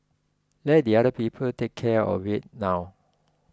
let the other people take care of it now